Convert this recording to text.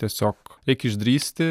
tiesiog reik išdrįsti